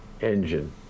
Engine